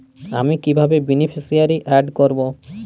আমি কিভাবে beneficiary add করব?